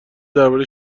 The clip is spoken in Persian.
درباره